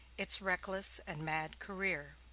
its reckless and mad career,